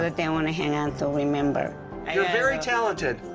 they want to have and so remember. you're very talented.